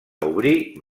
obrir